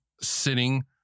sitting